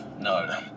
No